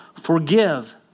Forgive